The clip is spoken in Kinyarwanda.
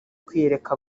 kwiyereka